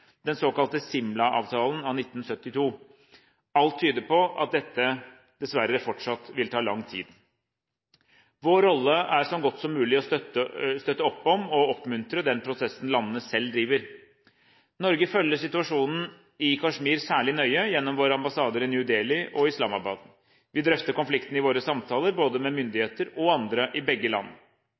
den såkalte Simla-avtalen av 1972. Alt tyder på at dette dessverre fortsatt vil ta lang tid. Vår rolle er så godt som mulig å støtte opp om og oppmuntre den prosessen landene selv driver. Norge følger situasjonen i Kashmir særlig nøye gjennom våre ambassader i New Delhi og Islamabad. Vi drøfter konflikten i våre samtaler både med myndigheter og andre i begge land.